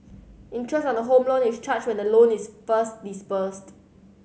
interest on a Home Loan is charged when the loan is first disbursed